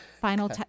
final